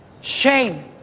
Shame